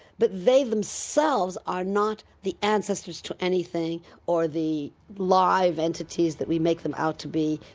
but they themselves are not the ancestors to anything or the live entities that we make them out to be,